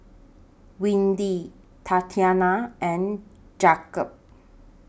Windy Tatiana and Jakob